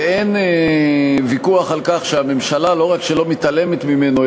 ואין ויכוח על כך שהממשלה לא רק שלא שמתעלמת ממנו,